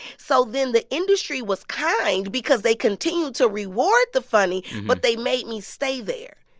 so then the industry was kind because they continued to reward the funny, but they made me stay there.